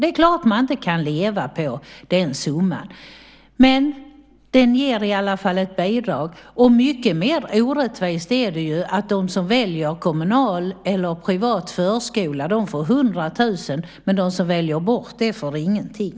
Det är klart att man inte kan leva på den summan, men den ger i alla fall ett bidrag. Det är mycket mer orättvist att de som väljer kommunal eller privat förskola får 100 000, men de som väljer bort det får ingenting.